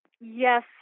Yes